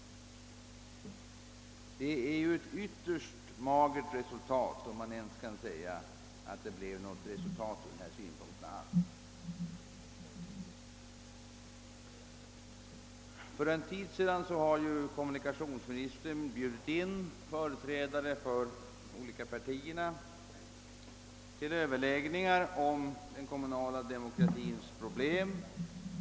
Det blev ju ett ytterst magert resultat, om man ens kan säga att det blev ett resultat alls. För en tid sedan bjöd kommunikationsministern in företrädare för de olika partierna till överläggningar om den kommunala demokratins problem.